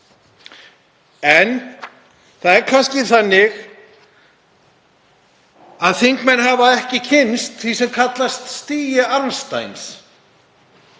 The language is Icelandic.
En það er kannski þannig að þingmenn hafa ekki kynnst því sem kallast stigi Amsteins.